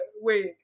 wait